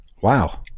Wow